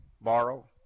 borrow